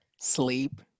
Sleep